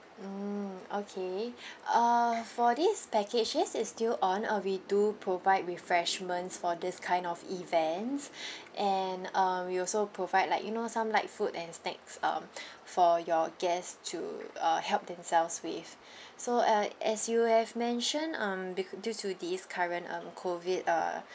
mm okay uh for this package yes it's still on uh we do provide refreshments for this kind of events and uh we also provide like you know some light food and snacks um for your guests to uh help themselves with so uh as you have mentioned um be~ due to this current um COVID uh